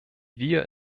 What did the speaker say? wir